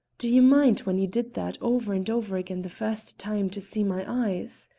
do you mind when you did that over and over again the first time, to see my eyes?